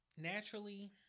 naturally